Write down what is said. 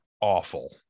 awful